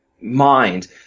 mind